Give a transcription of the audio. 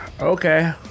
okay